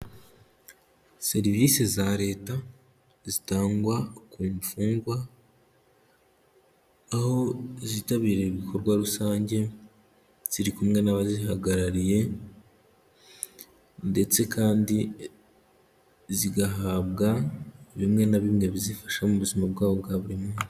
serivisi za leta zitangwa ku mfungwa aho zitabiriye ibikorwa rusange ziri kumwe n'abazihagarariye ndetse kandi zigahabwa bimwe na bimwe bizifasha mu buzima bwabo bwa buri munsi.